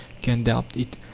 can doubt it.